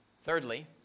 Thirdly